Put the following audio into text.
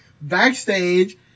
backstage